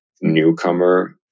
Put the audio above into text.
newcomer